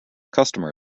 customer